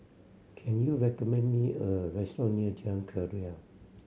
can you recommend me a restaurant near Jalan Keria